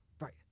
right